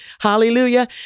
Hallelujah